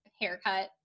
haircut